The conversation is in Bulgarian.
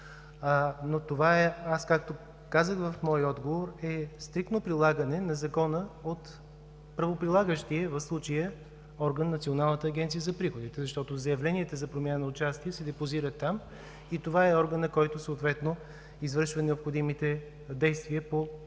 отказ. Но, както казах в моя отговор, това е стриктно прилагане на Закона от правоприлагащия, в случая е Националната агенция за приходите. Защото заявленията за промяна на участие се депозират там и това е органът, който съответно извършва необходимите действия по промяна или